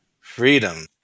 Freedom